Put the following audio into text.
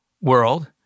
world